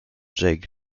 jig